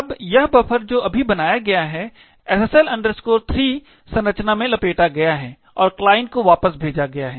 अब यह बफर जो अभी बनाया गया है SSL 3 संरचना में लपेटा गया है और क्लाइंट को वापस भेजा गया है